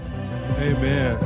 Amen